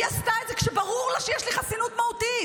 היא עשתה את זה כשברור לה שיש לי חסינות מהותית,